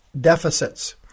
deficits